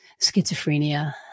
schizophrenia